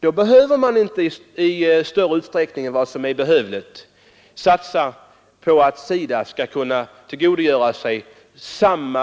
Då behöver man inte i större utsträckning än nödvändigt satsa på att SIDA skall kunna tillgodogöra sig den